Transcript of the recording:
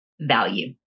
value